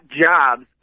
jobs